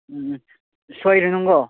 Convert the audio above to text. ꯎꯝ ꯎꯝ ꯁꯣꯏꯔꯅꯨꯀꯣ